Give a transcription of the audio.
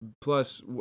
Plus